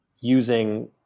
using